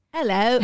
Hello